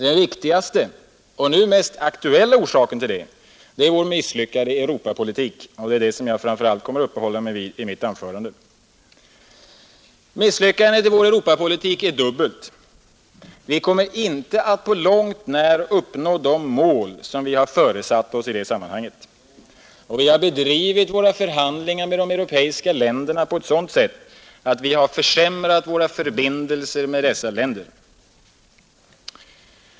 Den viktigaste och nu mest aktuella orsaken till detta är vår misslyckade Europapolitik — och det är den jag framför allt kommer att uppehålla mig vid i mitt anförande. Misslyckandet i EEC-politiken är dubbelt. Vi kom inte att på långt när uppnå det mål som vi har föresatt oss i det sammanhanget. Vi har bedrivit våra förhandlingar med de europeiska länderna på ett sätt som försämrat våra förbindelser med dem.